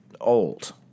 old